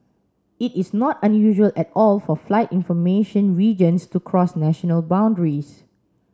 it is not unusual at all for flight information regions to cross national boundaries